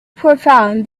profound